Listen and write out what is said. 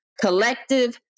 collective